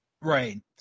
Right